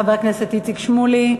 חבר הכנסת איציק שמולי,